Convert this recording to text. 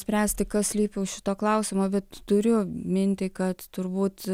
spręsti kas slypi už šito klausimo bet turiu mintį kad turbūt